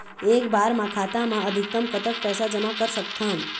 एक बार मा खाता मा अधिकतम कतक पैसा जमा कर सकथन?